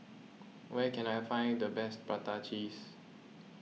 where can I find the best Prata Cheese